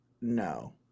no